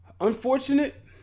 unfortunate